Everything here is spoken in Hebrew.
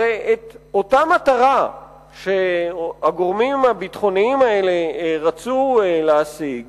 הרי אותה מטרה שהגורמים הביטחוניים האלה רצו להשיג